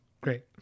Great